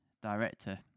director